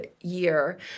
year